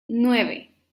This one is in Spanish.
nueve